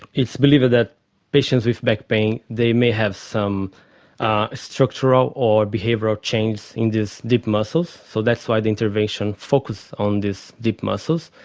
it's believed that patients with back pain, they may have some ah structural or behavioural change in these deep muscles, so that's why the intervention focuses on these deep muscles.